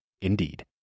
Indeed